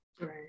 Right